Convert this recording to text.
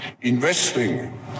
investing